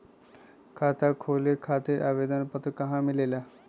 खाता खोले खातीर आवेदन पत्र कहा मिलेला?